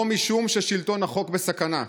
לא משום ששלטון החוק בסכנה,